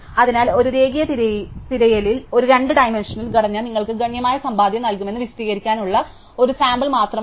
അതിനാൽ ഒരു രേഖീയ തിരയലിൽ ഒരു രണ്ട് ഡൈമൻഷണൽ ഘടന നിങ്ങൾക്ക് ഗണ്യമായ സമ്പാദ്യം നൽകുമെന്ന് വിശദീകരിക്കാനുള്ള ഒരു സാമ്പിൾ മാത്രമാണ് ഇത്